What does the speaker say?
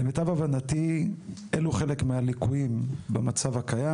למיטב הבנתי, אלו חלק מהליקויים במצב הקיים.